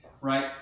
Right